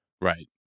Right